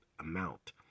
amount